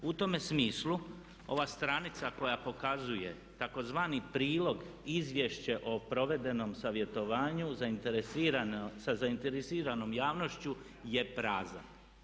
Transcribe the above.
U tome smislu ova stranica koja pokazuje tzv. prilog Izvješće o provedenom savjetovanju sa zainteresiranom javnošću je prazna.